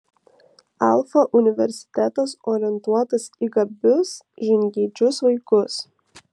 alfa universitetas orientuotas į gabius žingeidžius vaikus